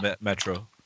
Metro